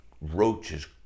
roaches